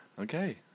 Okay